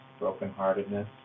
brokenheartedness